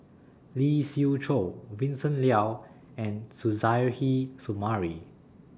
Lee Siew Choh Vincent Leow and Suzairhe Sumari